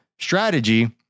strategy